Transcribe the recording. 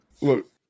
Look